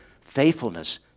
faithfulness